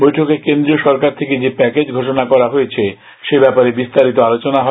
বৈঠকে কেন্দ্রীয় সরকার থেকে যে প্যাকেজ ঘোষণা করা হয়েছে সে ব্যাপারে বিস্তারিত আলোচনা হয়